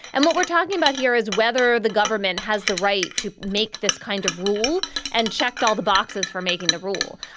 and what we're talking about here is whether the government has the right to make this kind of rule and checked all the boxes for making the rule.